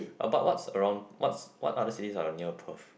about what's around what's what other cities are near Perth